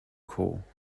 corps